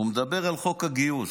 הוא מדבר על חוק הגיוס.